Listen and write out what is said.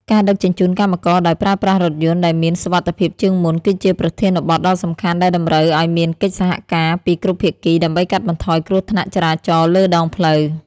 ការដឹកជញ្ជូនកម្មករដោយប្រើប្រាស់រថយន្តដែលមានសុវត្ថិភាពជាងមុន គឺជាប្រធានបទដ៏សំខាន់ដែលតម្រូវឱ្យមានកិច្ចសហការពីគ្រប់ភាគីដើម្បីកាត់បន្ថយគ្រោះថ្នាក់ចរាចរណ៍លើដងផ្លូវ។